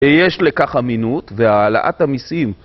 יש לכך אמינות והעלאת המסים